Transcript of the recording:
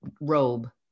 robe